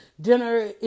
Dinner